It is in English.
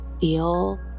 Feel